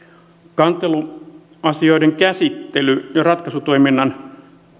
kanteluasioiden käsittely ja ratkaisutoiminnan